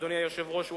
אדוני היושב-ראש,